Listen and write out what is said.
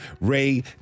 Ray